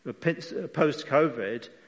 Post-COVID